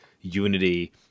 unity